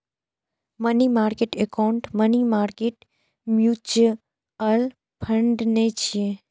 money market account money market mutual fund नै छियै